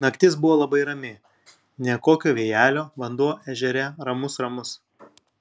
naktis buvo labai rami nė kokio vėjelio vanduo ežere ramus ramus